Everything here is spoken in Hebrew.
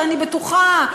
ואני בטוחה,